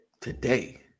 Today